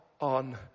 on